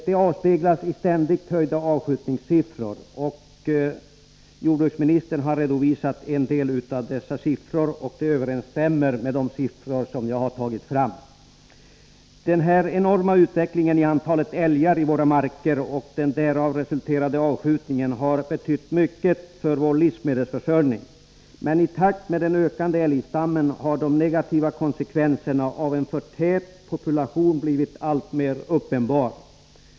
Detta avspeglas i ständigt höjda avskjutningssiffror. Jordbruksministern har redovisat en del av dessa siffror, och de överensstämmer med de siffror som jag har tagit fram. Denna enorma utveckling när det gäller antalet älgar i våra marker och den därav resulterade avskjutningen har betytt mycket för vår livsmedelsförsörjning. Men i takt med den ökande älgstammen har de negativa konsekvenserna av en för tät population blivit alltmer uppenbara.